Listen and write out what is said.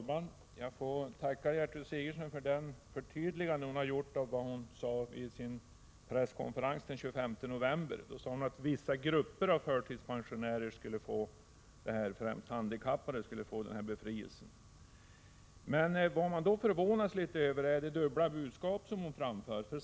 Herr talman! Jag vill tacka Gertrud Sigurdsen för det förtydligande hon gjort av vad hon sade vid sin presskonferans den 25 november. Hon sade då att vissa grupper förtidspensionärer, främst handikappade, skulle få denna befrielse. Jag förvånas över det dubbla budskap som hon framför.